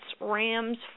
Rams